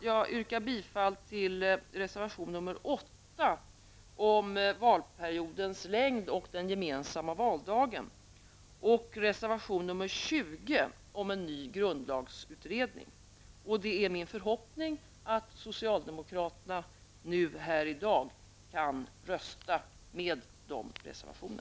Jag yrkar bifall till reservation 8 om valperiodens längd och den gemensamma valdagen samt reservation 20 om en ny grundlagsutredning. Det är min förhoppning att socialdemokraterna här i dag kan vara med och rösta för dessa reservationer.